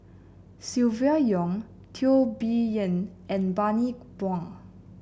Silvia Yong Teo Bee Yen and Bani Buang